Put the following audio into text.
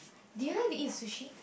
do you like to eat sushi